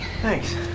Thanks